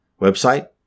website